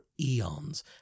eons